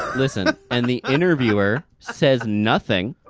listen. and the interviewer, says nothing,